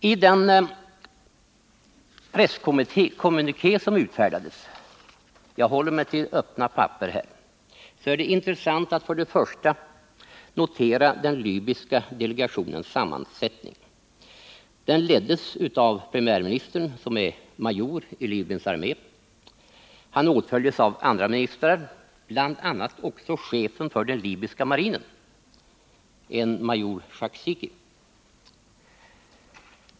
I den presskommuniké som utfärdades — jag håller mig till öppna papper — är det intressant att notera den libyska delegationens sammansättning. Delegationen leddes av premiärministern, som är major i Libyens armé. Han åtföljdes av andra ministrar, bl.a. också chefen för den libyska marinen, major Shakshiki.